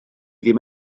ddim